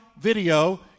video